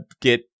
get